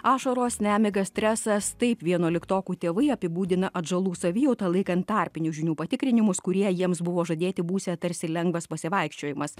ašaros nemiga stresas taip vienuoliktokų tėvai apibūdina atžalų savijautą laikant tarpinius žinių patikrinimus kurie jiems buvo žadėti būsią tarsi lengvas pasivaikščiojimas